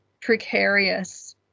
precarious